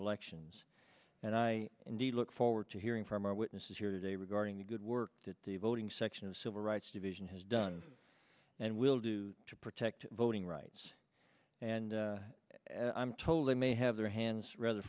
elections and i indeed look forward to hearing from our witnesses here today regarding the good work that the voting section of the civil rights division has done and will do to protect voting rights and i'm told they may have their hands rather